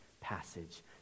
passage